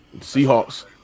Seahawks